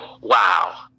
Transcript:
wow